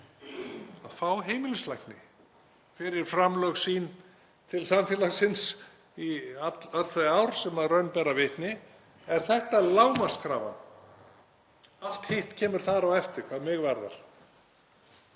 að fá heimilislækni fyrir framlög sín til samfélagsins í öll þau ár sem raun ber vitni. Þetta er lágmarkskrafa. Allt hitt kemur þar á eftir hvað mig varðar